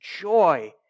joy